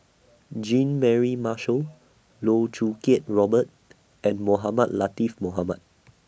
Jean Mary Marshall Loh Choo Kiat Robert and Mohamed Latiff Mohamed